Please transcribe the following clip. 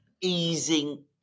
easing